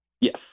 Yes